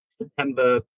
September